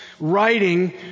Writing